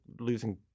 losing